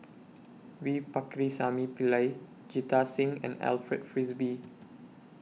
V Pakirisamy Pillai Jita Singh and Alfred Frisby